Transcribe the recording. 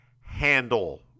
handle